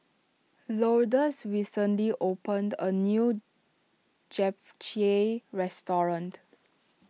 Lourdes recently opened a new Japchae restaurant